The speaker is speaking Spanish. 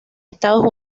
estados